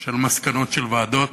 של מסקנות של ועדות,